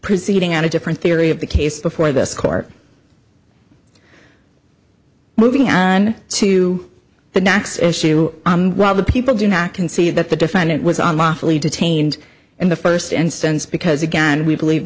proceeding on a different theory of the case before this court moving on to the next issue while the people do not concede that the defendant was unlawfully detained in the first instance because again we believe